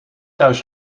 thuis